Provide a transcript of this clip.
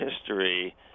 history